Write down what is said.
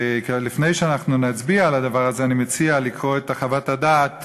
לפני שאנחנו נצביע על הדבר הזה אני מציע לקרוא את חוות הדעת,